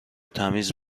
تمیز